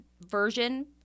version